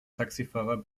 taxifahrer